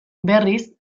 berriz